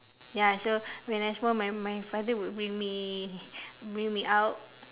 ya so when I small my my father would bring me bring me out